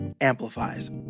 amplifies